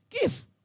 Give